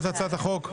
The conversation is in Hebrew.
ארי,